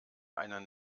einen